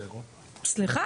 סליחה?